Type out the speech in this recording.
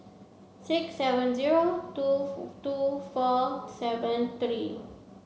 six seven zero two two four seven three